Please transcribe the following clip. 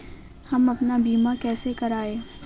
हम अपना बीमा कैसे कराए?